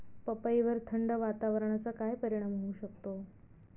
पपईवर थंड वातावरणाचा काय परिणाम होऊ शकतो?